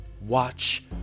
Watch